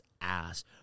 ass